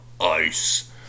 Ice